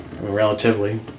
Relatively